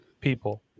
people